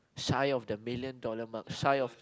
shy of the million dollar mark shy of